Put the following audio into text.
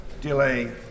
delay